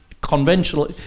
conventional